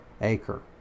acre